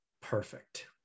perfect